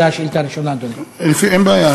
זו השאילתה הראשונה, אדוני.